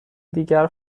دیگر